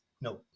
No